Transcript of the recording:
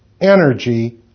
energy